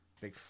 big